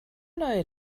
neue